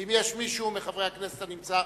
ואם יש מישהו מחברי הכנסת הנמצא,